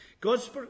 God's